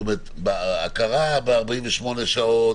הכרה ב-48 שעות